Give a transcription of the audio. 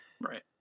right